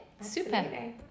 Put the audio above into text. Super